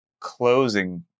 closing